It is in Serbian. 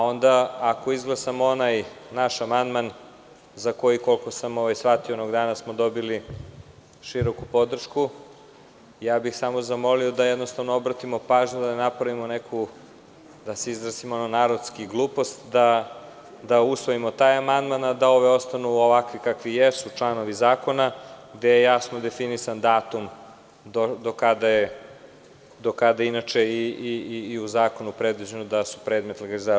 Onda, ako izglasamo onaj naš amandman za koji, koliko sam shvatio, onog dana smo dobili široku podršku, samo bih zamolio da obratimo pažnju da ne napravimo neku, da se izrazim narodski, glupost da usvojimo taj amandman, a da ovi ostanu ovakvi kakvi jesu članovi zakona, gde je jasno definisan datum do kada je i u zakonu predviđeno da su predmet legalizacije.